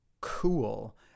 cool